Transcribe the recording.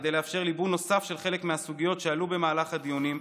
כדי לאפשר ליבון נוסף של חלק מהסוגיות שעלו במהלך הדיונים,